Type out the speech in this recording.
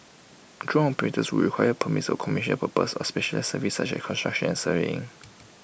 drone operators would require permits commercial purposes or specialised services such as construction and surveying